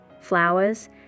flowers